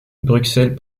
bruxelles